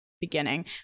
beginning